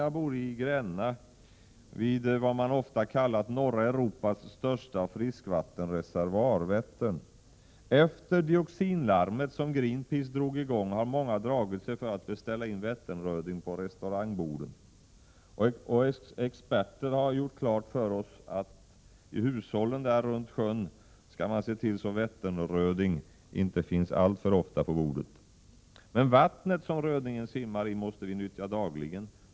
Jag bor i Gränna, vid vad man ofta kallat norra Europas största friskvattenreservoar, Vättern. Efter dioxinlarmet som Greenpeace drog i gång har många dragit sig för att beställa in Vätternröding på restaurantbordet, och experter har gjort klart för oss i hushållen runt sjön att Vätternröding inte skall finnas för ofta på bordet. Men vattnet som rödingen simmar i måste vi ju nyttja dagligen.